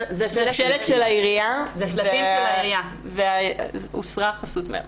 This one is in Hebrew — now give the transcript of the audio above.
זה שלט של העירייה, והוסרה החסות מהם.